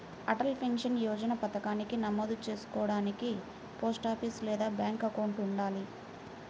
Atal pension Yojana పథకానికి నమోదు చేసుకోడానికి పోస్టాఫీస్ లేదా బ్యాంక్ అకౌంట్ ఉండాలి